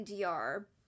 DR